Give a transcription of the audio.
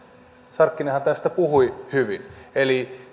sarkkinenhan tästä puhui hyvin eli